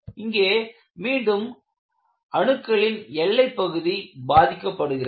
இங்கே மீண்டும் அணுக்களின் எல்லைப்பகுதி பாதிக்கப்படுகிறது